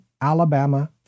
Alabama